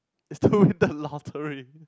is to win the lottery